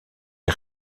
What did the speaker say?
est